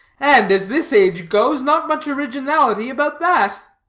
and, as this age goes, not much originality about that.